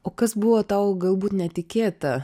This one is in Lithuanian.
o kas buvo tau galbūt netikėta